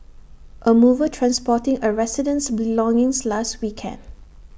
A mover transporting A resident's belongings last weekend